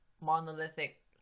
monolithic